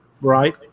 Right